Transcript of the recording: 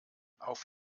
auf